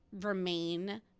remain